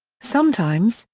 sometimes,